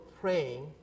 praying